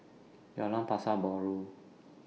Jalan Pasar Baru